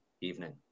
evening